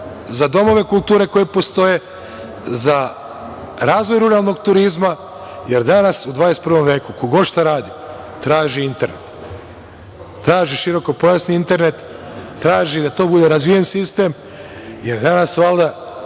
za domove kulture koji postoje, za razvoj ruralnog turizma jer danas u 21 veku ko god šta radi traži internet. Traži širokopojasni internet, traži da to bude razvijen sistem, jer danas valjda